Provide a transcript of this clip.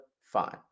fine